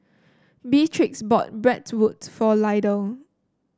Beatrix bought Bratwurst for Lydell